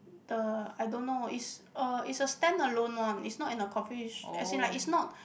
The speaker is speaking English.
the I don't know is a is a stand alone one is not in a coffee as in like it's not